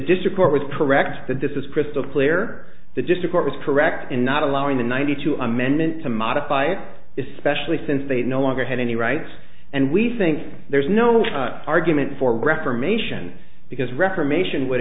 district court was correct that this is crystal clear the gist of what was correct in not allowing the ninety two amendment to modify especially since they no longer had any rights and we think there's no argument for reformation because reformation would